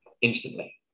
instantly